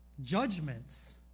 judgments